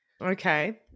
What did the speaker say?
Okay